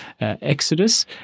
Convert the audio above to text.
exodus